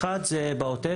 האופן הראשון הוא בעוטף,